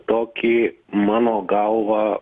tokį mano galva